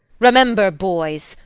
remember, boys,